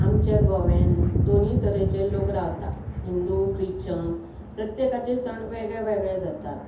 आमच्या गोव्यान दोनूय तरेचे लोक रावतात हिंदू क्रिश्चन प्रत्येकाचे सण वेगळे वेगळे जातात